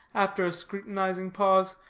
after a scrutinizing pause,